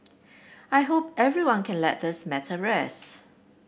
I hope everyone can let this matter rest